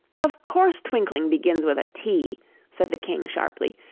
of course twinkling begins with a t said the king sharply.